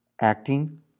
acting